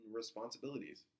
responsibilities